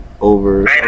over